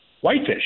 Whitefish